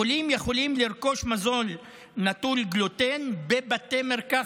חולים יכולים לרכוש מזון נטול גלוטן בבתי מרקחת,